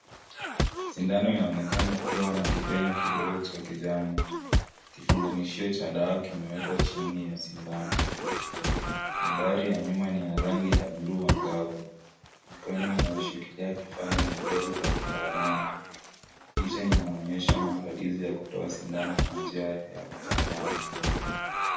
Sindano inaonekana kuwa na kipenyo kidogo cha kijani. Kifunganishio cha dawa kimewekwa chini ya sindano. Mandhari ya nyuma ni ya rangi ya bluu angavu. Mikono inayoshikilia kifaa ina glavu za kitaalamu. Picha inaonyesha maandalizi ya kutoa sindano kwa njia ya mtaalamu.